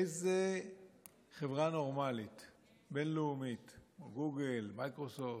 איזה חברה בין-לאומית נורמלית, גוגל, מייקרוספט,